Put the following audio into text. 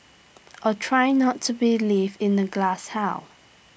or try not to be live in A glasshouse